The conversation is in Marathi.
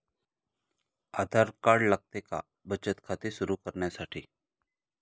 आधार कार्ड लागते का बचत खाते सुरू करण्यासाठी?